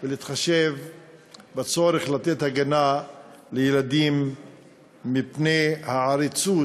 ולהתחשב גם בצורך לתת הגנה לילדים מפני העריצות